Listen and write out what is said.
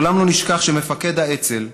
לעולם לא נשכח שמפקד האצ"ל,